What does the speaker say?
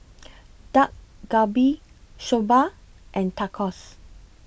Dak Galbi Soba and Tacos